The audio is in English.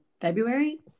February